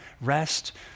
rest